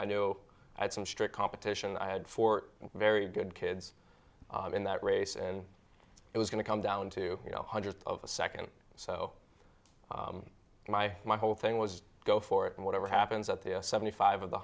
i knew i had some strict competition i had four very good kids in that race and it was going to come down to you know hundredths of a second so my my whole thing was go for it and whatever happens at the seventy five